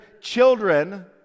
children